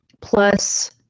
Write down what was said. plus